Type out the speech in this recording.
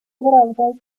broadway